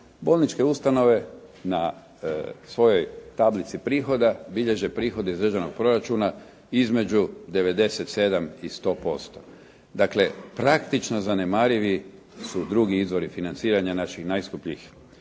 Bolničke ustanove na svojoj tablici prihoda bilježe prihode iz državnog proračuna između 97 i 100%. Dakle, praktično zanemarivi su drugi izvori financiranja naših najskupljih